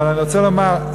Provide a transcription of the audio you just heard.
אבל אני רוצה לומר,